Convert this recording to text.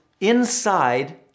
inside